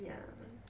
ya